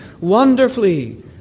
Wonderfully